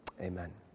amen